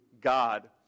God